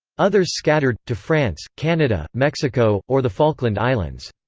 others scattered, to france, canada, mexico, or the falkland islands.